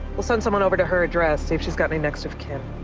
we'll send someone over to her address, see if she's got any next of kin.